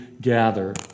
gather